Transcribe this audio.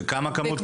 זה נראה אחרת לגמרי.